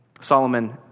Solomon